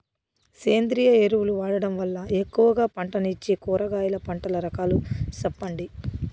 సేంద్రియ ఎరువులు వాడడం వల్ల ఎక్కువగా పంటనిచ్చే కూరగాయల పంటల రకాలు సెప్పండి?